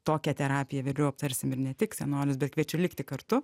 tokią terapiją vėliau aptarsim ir ne tik senolius bet kviečiu likti kartu